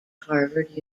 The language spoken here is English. harvard